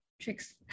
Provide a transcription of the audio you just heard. tricks